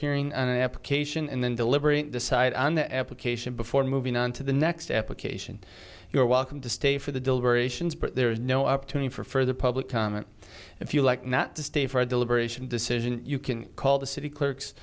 hearing an application and then deliberate decide on the application before moving on to the next application you're welcome to stay for the deliberations but there is no opportunity for further public comment if you like not to stay for a deliberation decision you can call the city clerk